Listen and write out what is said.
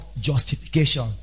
justification